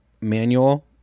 manual